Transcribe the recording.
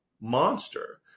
monster